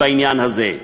בעניין הזה?